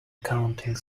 counting